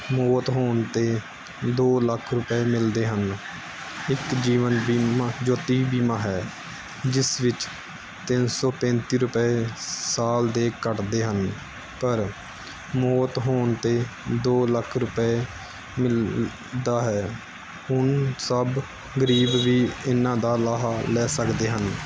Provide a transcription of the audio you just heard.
ਮੌਤ ਹੋਣ 'ਤੇ ਦੋ ਲੱਖ ਰੁਪਏ ਮਿਲਦੇ ਹਨ ਇੱਕ ਜੀਵਨ ਬੀਮਾ ਜੋਤੀ ਬੀਮਾ ਹੈ ਜਿਸ ਵਿੱਚ ਤਿੰਨ ਸੌ ਪੈਂਤੀ ਰੁਪਏ ਸਾਲ ਦੇ ਕੱਟਦੇ ਹਨ ਪਰ ਮੌਤ ਹੋਣ 'ਤੇ ਦੋ ਲੱਖ ਰੁਪਏ ਮਿਲਦਾ ਹੈ ਹੁਣ ਸਭ ਗਰੀਬ ਵੀ ਇਹਨਾਂ ਦਾ ਲਾਹਾ ਲੈ ਸਕਦੇ ਹਨ